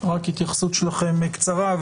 רק התייחסות שלכם בקצרה.